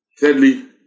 Thirdly